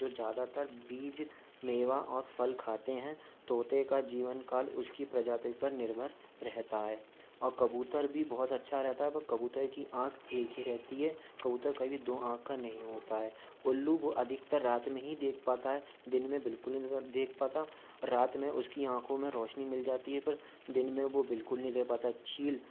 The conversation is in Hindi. जो ज़्यादातर बीज मेवा और फल खाते हैं तोते का जीवनकाल उसकी प्रजाति पर निर्भर रहता है और कबूतर भी बहोत अच्छा रहता है पर कबूतर की आँख एक ही रहती है कबूतर कभी भी दो आँख का नहीं होता है उल्लू वो अधिकतर रात में ही देख पाता है दिन में बिल्कुल नजर देख पाता रात में उसकी आँखो में रौशनी मिल जाती है पर दिन में बो बिल्कुल नहीं देख पाता चील